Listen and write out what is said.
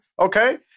Okay